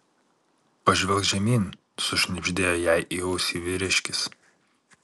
pažvelk žemyn sušnibždėjo jai į ausį vyriškis